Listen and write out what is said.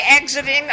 exiting